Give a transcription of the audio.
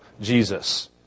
Jesus